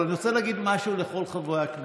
אני לא אשאל אותך אם לדבר או לא.